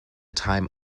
time